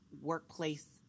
workplace